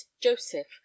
joseph